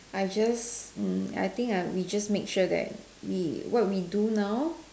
I just mm I think I we just make sure that we what we do now